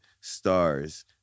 stars